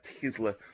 Tesla